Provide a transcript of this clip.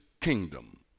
kingdom